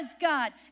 God